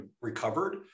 recovered